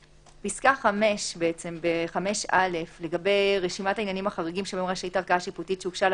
פסקה (5): רשימת העניינים החריגים שבהם רשאית ערכאה שיפוטית שהוגשה לה